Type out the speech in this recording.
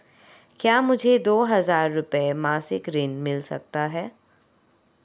क्या मुझे दो हज़ार रुपये मासिक ऋण मिल सकता है?